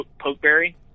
pokeberry